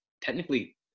technically